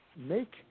Make